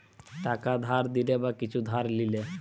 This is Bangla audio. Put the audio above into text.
টাকা ধার দিলে বা কিছু ধার লিলে